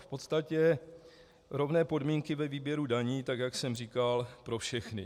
V podstatě rovné podmínky ve výběru daní tak, jak jsem říkal, pro všechny.